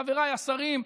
חבריי השרים.